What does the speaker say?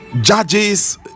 judges